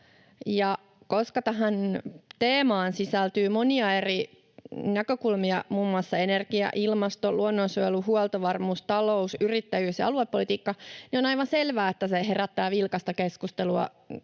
Koska tähän teemaan sisältyy monia eri näkökulmia — muun muassa energia-, ilmasto-, luonnonsuojelu-, huoltovarmuus-, talous-, yrittäjyys- ja aluepolitiikka — on aivan selvää, että se herättää vilkasta keskustelua